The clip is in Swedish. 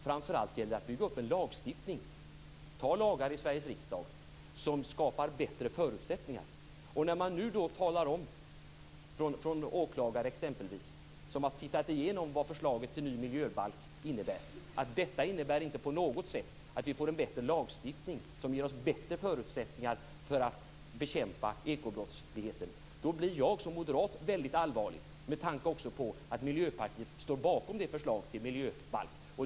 Framför allt gäller det att bygga upp en lagstiftning, anta lagar i Sveriges riksdag som skapar bättre förutsättningar. När nu exempelvis åklagare, som har tittat igenom vad förslaget till ny miljöbalk innebär, talar om att vi inte på något sätt får en bättre lagstiftning som ger oss bättre förutsättningar att bekämpa ekobrottsligheten blir jag som moderat väldigt allvarlig, också med tanke på att Miljöpartiet står bakom det förslaget till miljöbalk.